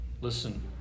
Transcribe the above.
Listen